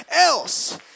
else